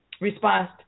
response